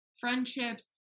friendships